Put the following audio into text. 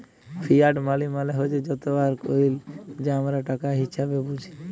fiat মালি মালে হছে যত আর কইল যা আমরা টাকা হিসাঁবে বুঝি